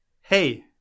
Hey